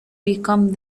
become